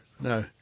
no